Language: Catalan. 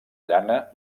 llana